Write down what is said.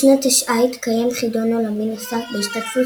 בשנת תשע"ה התקיים חידון עולמי נוסף בהשתתפות